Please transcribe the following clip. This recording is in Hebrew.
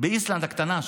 באיסלנד הקטנה,